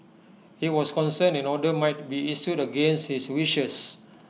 he was concerned an order might be issued against his wishes